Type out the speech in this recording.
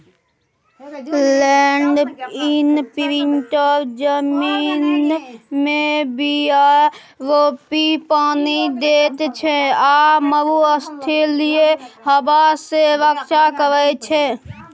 land imprinter जमीनमे बीया रोपि पानि दैत छै आ मरुस्थलीय हबा सँ रक्षा करै छै